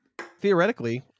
Theoretically